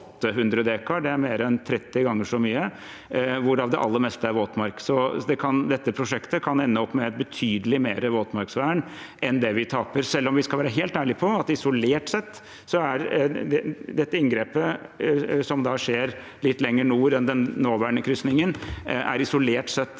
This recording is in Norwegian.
Det er mer enn 30 ganger så mye, hvorav det aller meste er våtmark. Dette prosjektet kan ende opp med betydelig mer våtmarksvern enn det vi taper, selv om vi skal være helt ærlig på at dette inngrepet som skjer litt lenger nord enn den nåværende krysningen, isolert sett